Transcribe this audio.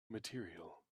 material